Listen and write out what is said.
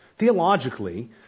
Theologically